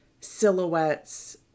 silhouettes